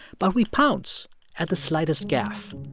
but we pounce at the slightest gaffe.